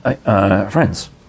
Friends